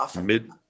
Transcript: mid